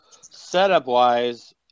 setup-wise